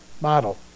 Model